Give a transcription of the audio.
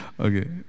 Okay